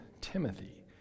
Timothy